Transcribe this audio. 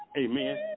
Amen